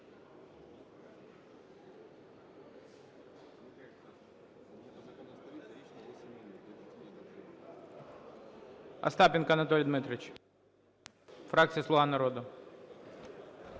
Остапенко Анатолій Дмитрович, фракція "Слуга народу".